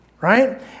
right